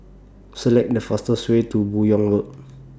Select The fastest Way to Buyong Road